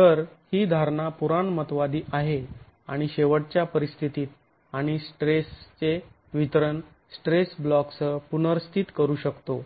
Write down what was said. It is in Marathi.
तर ही धारणा पुराणमतवादी आहे आणि शेवटच्या परिस्थितीत आणि स्ट्रेसेचे वितरण स्ट्रेस ब्लॉकसह पुनर्स्थित करू शकतो